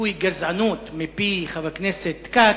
הביטוי "גזענות" מפי חבר הכנסת כץ,